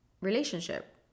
relationship